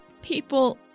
People